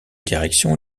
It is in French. direction